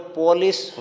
police